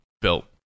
built